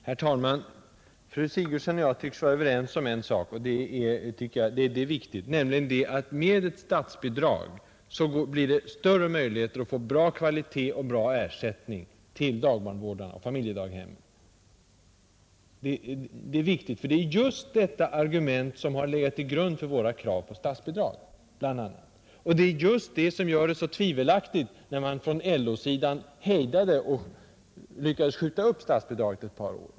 Herr talman! Fru Sigurdsen och jag tycks vara överens om att det med ett statsbidrag blir större möjligheter att få bra ersättning till dagbarnvårdarna och familjedaghemmen och därmed bra kvalitet på vården. Det är viktigt, ty det är bl.a. just det argumentet som legat till grund för våra krav på statsbidrag. Och det är det, som gör det så betänkligt att man från LO:s sida lyckades hejda och skjuta upp statsbidraget ett par år.